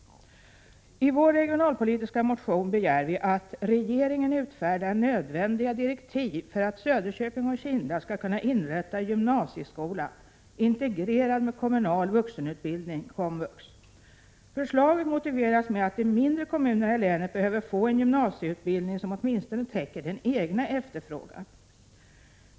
I vår regionalpolitiska motion begär vi att regeringen utfärdar nödvändiga direktiv för att Söderköping och Kinda skall kunna inrätta gymnasieskola, integrerad med kommunal vuxenutbildning — komvux. Förslaget motiveras med att de mindre kommunerna i länet behöver få en gymnasieutbildning som åtminstone täcker den egna efterfrågan.